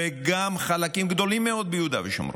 וגם חלקים גדולים מאוד ביהודה ושומרון.